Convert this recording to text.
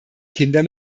kinder